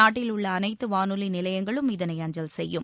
நாட்டில் உள்ள அனைத்து வானொலி நிலையங்களும் இதனை அஞ்சல் செய்யும்